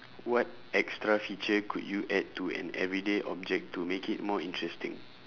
what extra feature could you add to an everyday object to make it more interesting